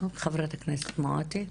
חברת הכנסת מואטי.